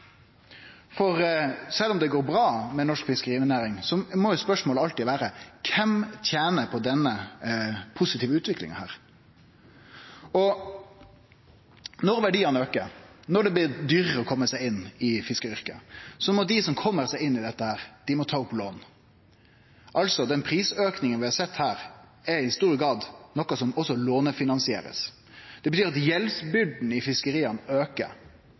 for ungdom som ønskjer å kome inn. Sjølv om det går bra med norsk fiskerinæring, må spørsmålet alltid vere: Kven tener på denne positive utviklinga? Når verdiane aukar, når det blir dyrare å kome seg inn i fiskaryrket, så må dei som kjem seg inn i dette her, ta opp lån. Den prisauken vi har sett, er i stor grad noko som også blir lånefinansiert. Det betyr at gjeldsbyrda i fiskeria aukar.